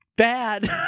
Bad